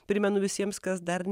primenu visiems kas dar